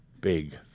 big